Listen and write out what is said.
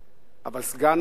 אבל סגן אלוף